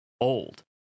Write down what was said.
old